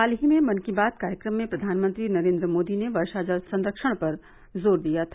हाल ही में मन की बात कार्यक्रम में प्रधानमंत्री नरेन्द्र मोदी ने वर्षा जल के संरक्षण पर जोर दिया था